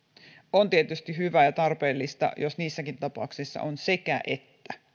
on tietysti hyvä ja tarpeellista jos niissäkin tapauksissa on sekä että